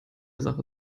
sache